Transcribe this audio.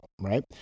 right